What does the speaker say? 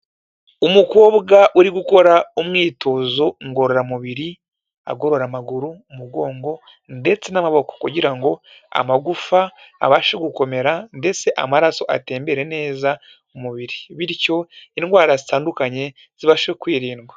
Umukobwa uri gukora umwitozo ngororamubiri agorora amaguru, umugongo ndetse n'amaboko kugira ngo amagufa abashe gukomera ndetse amaraso atembere neza mu mubiri bityo indwara zitandukanye zibashe kwirindwa.